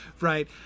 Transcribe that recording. right